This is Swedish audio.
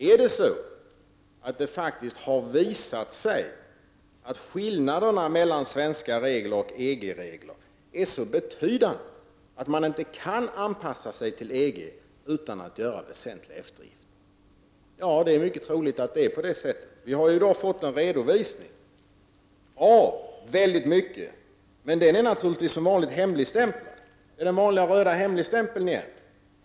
Är det så att det faktiskt har visat sig att skillnaderna mellan svenska regler och EG-reglerna är så betydande att man inte kan anpassa sig till EG utan att göra väsentliga eftergifter? Det är mycket troligt att det är så. Nu har vi i dag fått en redovisning av väldigt mycket, men den är naturligtvis som vanligt hemligstämplad — den vanliga röda hemligstämpeln igen.